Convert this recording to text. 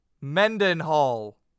Mendenhall